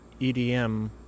EDM